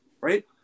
right